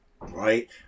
Right